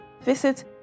visit